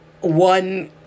one